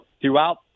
throughout